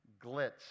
glitz